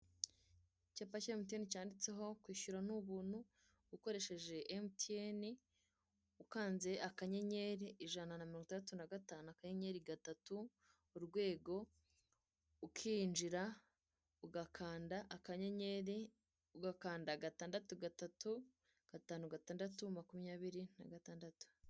Icyapa cya emutiyene cyanditseho kwishyura ni ubuntu ukoresheje emutiyene, ukanze akanyenyeri ijana na mirongo itatu nagatanu akanyeyeri gatatu urwego ukinjira ugakanda akanyenyeri ugakanda gatandatu gatatu gatanu gatandatu makumyabiri nagatandatu.